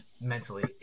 mentally